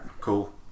Cool